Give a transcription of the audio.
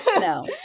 No